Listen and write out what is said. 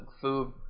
Food